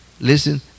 Listen